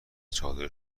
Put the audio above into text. چادر